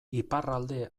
iparralde